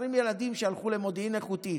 20 ילדים שהלכו למודיעין איכותי.